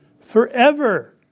Forever